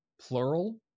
plural